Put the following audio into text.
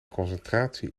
concentratie